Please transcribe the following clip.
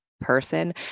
person